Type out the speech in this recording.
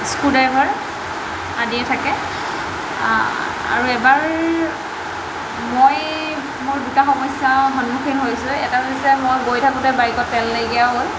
screwdriver আদিয়ে থাকে আৰু এবাৰ মই মোৰ দুটা সমস্যা সন্মুখীন হৈছোঁ এটা হৈছে মই গৈ থাকোঁতে বাইকত তেল নাইকিয়া হ'ল